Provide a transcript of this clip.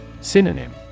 Synonym